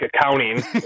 accounting